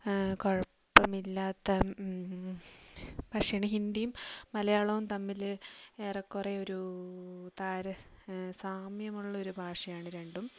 കുഴപ്പമില്ലാത്ത പക്ഷേ ഹിന്ദിയും മലയാളവും തമ്മിൽ ഏറെക്കുറേ ഒരു സാമ്യമുള്ളൊരു ഭാഷയാണ് രണ്ടും